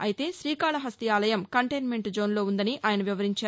అయితే శ్రీకాళహస్తి ఆలయం కంటైన్మెంట్ జోన్లో ఉందని ఆయన వివరించారు